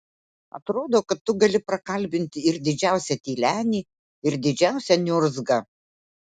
atrodo kad tu gali prakalbinti ir didžiausią tylenį ir didžiausią niurzgą